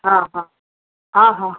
ହଁ ହଁ ହଁ ହଁ